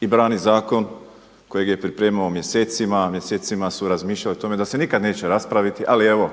i brani zakon kojeg je pripremao mjesecima, a mjesecima su razmišljali o tome da se nikada neće raspraviti ali evo